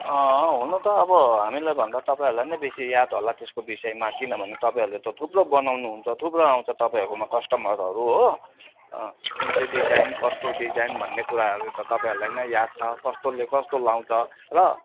अँ हुनु त अब हामीलाई भन्दा तपाईँहरूलाई नै बेसी याद होला त्यसको विषयमा किनभने तपाईँले त थुप्रो बनाउनु हुन्छ थुप्रो आउँछ तपाईँहरूकोमा कस्टमरहरू हो कुन चाहिँ डिजाइन कस्तो डिजाइन भन्ने कुराहरू तपाईँहरूलाई नै याद छ कस्तोले कस्तो लगाउँछ र